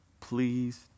Please